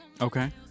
Okay